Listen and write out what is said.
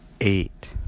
eight